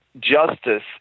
Justice